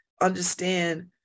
understand